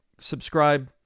subscribe